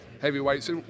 heavyweights